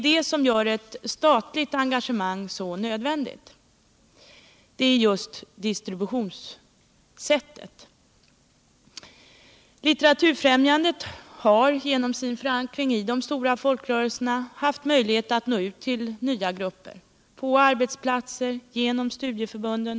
Det som gör ett statligt engagemang nödvändigt är just distributionssättet. Litteraturfrämjandet har genom sin förankring i de stora folkrörelserna haft möjlighet ant nå ut till nya grupper — på arbetsplatser, genom studieförbunden.